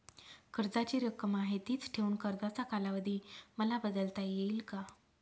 कर्जाची रक्कम आहे तिच ठेवून कर्जाचा कालावधी मला बदलता येईल का?